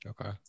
Okay